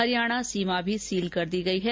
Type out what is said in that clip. हरियाणा सीमा भी सील कर दी गयी है